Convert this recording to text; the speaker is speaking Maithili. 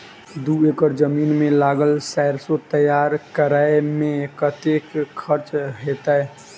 दू एकड़ जमीन मे लागल सैरसो तैयार करै मे कतेक खर्च हेतै?